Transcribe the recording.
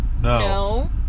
No